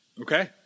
Okay